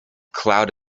cloud